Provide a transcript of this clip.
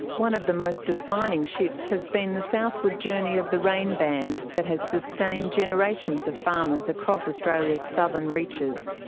one of the most defining shifts has been the southward journey of the rain band that has sustained generations of farmers across australia's southern reaches.